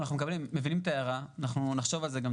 אנחנו מבינים את ההערה ואנחנו נחשוב על זה.